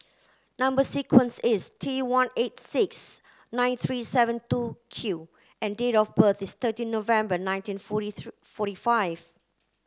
number sequence is T one eight six nine three seven two Q and date of birth is thirteen November nineteen forty forty five